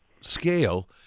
scale